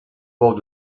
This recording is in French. ports